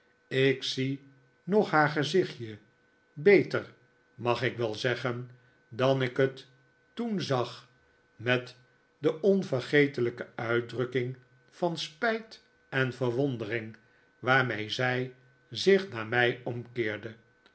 ik zie nog haar gezichtje beter mag ik wel zeggen dan ik net toen zag met de onvergetelijke uitdrukking van spijt en verwondering waarmee zij zich naar mij omkeerde